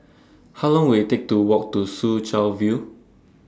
How Long Will IT Take to Walk to Soo Chow View